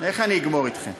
איך אני אגמור אתכם?